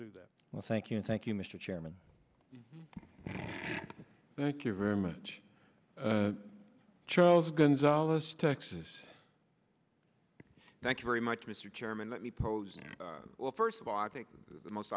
do that well thank you thank you mr chairman thank you very much charles gonzales texas thank you very much mr chairman let me pose now well first of all i think the most